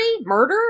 Murder